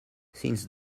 since